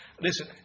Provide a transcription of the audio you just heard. Listen